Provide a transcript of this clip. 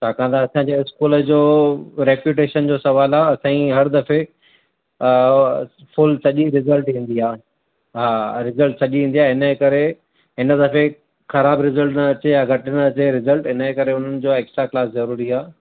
छाकाणि त असांजे स्कूल जो रैप्युटेशन जो सुवालु आहे असांजी हर दफ़े फुल सॼी रिज़ल्ट ईंदी आहे हा रिज़ल्ट सॼी ईंदी आहे हिन जे करे हिन दफ़े ख़राबु रिज़ल्ट न अचे ऐं घटि न अचे रिज़ल्ट हिनजे करे हुननि जो एक्स्ट्रा क्लास ज़रूरी आ्हे